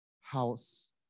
house